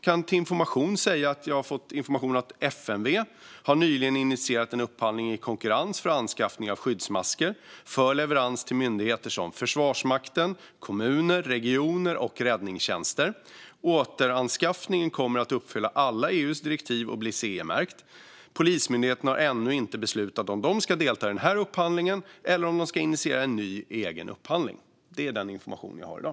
Jag har fått information om att FMV nyligen har initierat en upphandling i konkurrens för anskaffning av skyddsmasker för leverans till myndigheter som Försvarsmakten, kommuner och regioner och räddningstjänster. Återanskaffningen kommer att uppfylla alla EU:s direktiv och bli CE-märkt. Polismyndigheten har ännu inte beslutat om de ska delta i den här upphandlingen eller om de ska initiera en ny, egen upphandling. Det är den information jag har i dag.